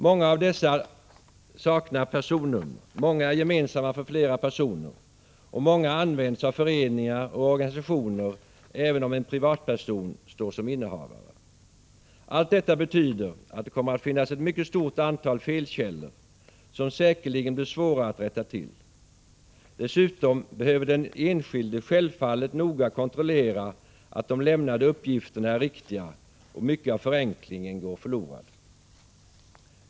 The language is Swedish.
Många av dessa saknar personnummer, många är gemensamma för flera personer och många används av föreningar och organisationer även om en privatperson står som innehavare. Allt detta betyder att det kommer att finnas ett mycket stort antal felkällor, som säkerligen blir svåra att rätta till. Dessutom behöver den enskilde självfallet noga kontrollera att de lämnade uppgifterna är riktiga, och mycket av förenklingen går förlorad.